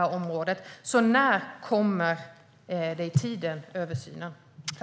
När i tiden kommer översynen?